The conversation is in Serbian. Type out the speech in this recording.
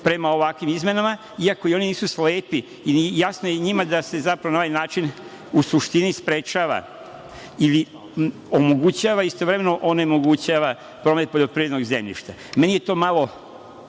prema ovakvim izmenama iako i oni nisu slepi i jasno je i njima da se zapravo na ovaj način u suštini sprečava ili omogućava istovremeno onemogućava promet poljoprivrednog zemljišta. Meni je to malo